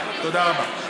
תודה רבה.